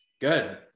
good